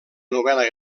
novel·la